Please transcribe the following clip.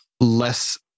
less